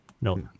No